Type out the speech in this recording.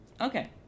Okay